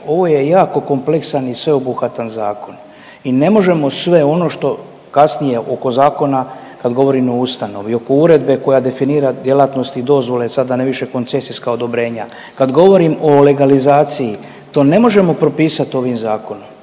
Ovo je jako kompleksan i sveobuhvatan zakon i ne možemo sve ono što kasnije oko zakona kad govorimo o ustanovi i oko uredbe koja definira djelatnosti i dozvole sada ne više koncesijska odobrenja, kad govorim o legalizaciji to ne možemo propisati ovim zakonom,